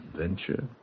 adventure